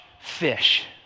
fish